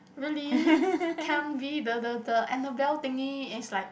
really can't be the the the Annabelle thingy is like